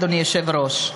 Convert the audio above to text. אדוני היושב-ראש,